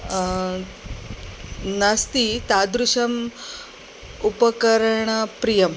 नास्ति तादृशम् उपकरणप्रियम्